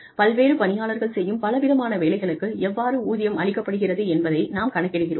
பல்வேறு பணியாளர்கள் செய்யும் பல விதமான வேலைகளுக்கு எவ்வாறு ஊதியம் அளிக்கப்படுகிறது என்பதை நாம் கணக்கிடுகிறோம்